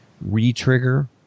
re-trigger